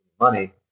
money